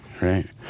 right